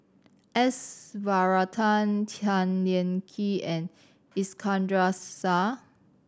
S Varathan Tan Lian Chye and Iskandar Shah